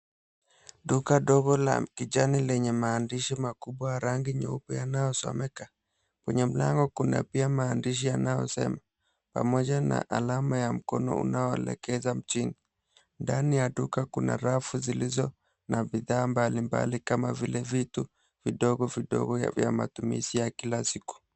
Duka ndogo la kijani lenye maandishi makubwa ya rangi nyeupe yanayosomeka. Kwenye mlango kuna pia maandishi yanayosema pamoja na alama ya mkono unaoelekeza chini. Ndani ya duka kuna rafu zilizo na bidhaa mbalimbali kama vile vitu vidogo vidogo vya matumizi ya kila siku.